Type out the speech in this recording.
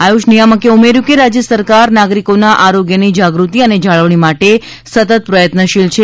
આયુષ નિયામકે ઉમેર્યું કે રાજ્ય સરકાર નાગરિકોના આરોગ્યની જાગૃતિ અને જાળવણી માટે સતત પ્રયત્નશીલ છે